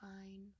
fine